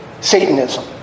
Satanism